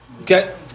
Okay